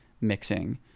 mixing